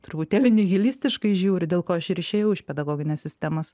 truputėlį nihilistiškai žiūriu dėl ko aš ir išėjau iš pedagoginės sistemos